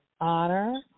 Honor